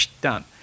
Done